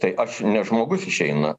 tai aš ne žmogus išeina